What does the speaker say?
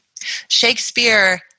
Shakespeare